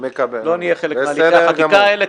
לא נהיה חלק מהליכי החקיקה האלה,